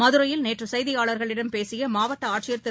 மதுரையில் நேற்றுசெய்தியாளர்களிடம் பேசியமாவட்டஆட்சியர் திரு